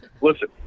Listen